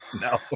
No